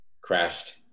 crashed